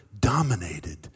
dominated